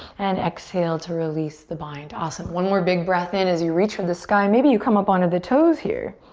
and exhale to release the bind. awesome. one more big breath in as you reach for the sky. maybe you come up onto the toes here.